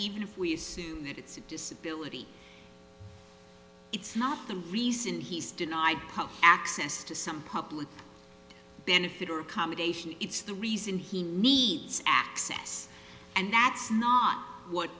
even if we say it's a disability it's not the reason he's denied access to some public benefit or accommodation it's the reason he needs access and that's not what